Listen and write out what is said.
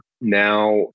Now